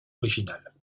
originale